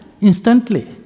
instantly